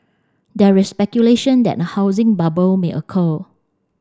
there is speculation that a housing bubble may occur